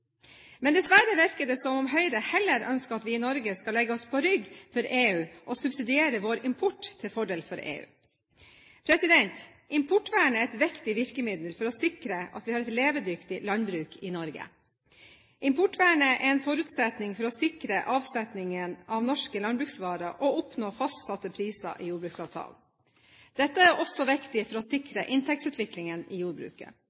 Men dessverre virker det som om Høyre heller ønsker at vi i Norge skal legge oss på rygg for EU og subsidiere vår import til fordel for EU: Importvernet er et viktig virkemiddel for å sikre at vi har et levedyktig landbruk i Norge. Importvernet er en forutsetning for å sikre avsetningen av norske landbruksvarer og oppnå fastsatte priser i jordbruksavtalen. Dette er også viktig for å sikre inntektsutviklingen i jordbruket.